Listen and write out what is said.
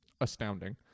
astounding